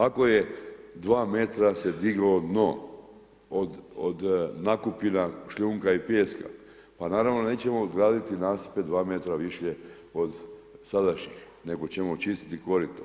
Ako je 2 metra se diglo dno od nakupina šljunka i pijeska, pa naravno nećemo graditi nasipe 2 metra višlje od sadašnjih nego ćemo čistiti korito.